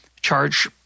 charge